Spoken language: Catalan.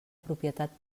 propietat